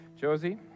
Josie